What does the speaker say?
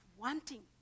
wanting